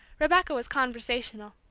rebecca was conversational.